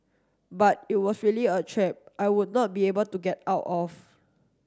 but it was really a trap I would not be able to get out of